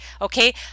okay